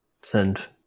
send